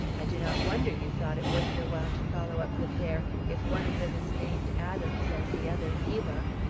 i do not wonder you thought it worth your while to follow up the pair, if one of them is named adams and the other eva.